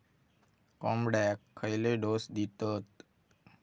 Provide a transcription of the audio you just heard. कोंबड्यांक खयले डोस दितत?